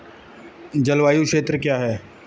जलवायु क्षेत्र क्या है?